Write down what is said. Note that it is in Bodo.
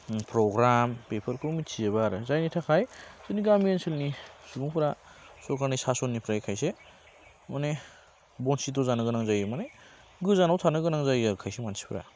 प्र'ग्राम बेफोरखौ मोन्थि जोबा आरो जायनि थाखाइ जोंनि गामि ओनसोलनि सुबुंफोरा सरखारनि सास'ननिफ्राय खायसे माने बनसिथ' जानो गोनां जायो माने गोजानाव थानो गोनां जायो आरो खायसे मानसिफोरा